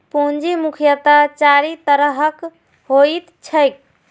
पूंजी मुख्यतः चारि तरहक होइत छैक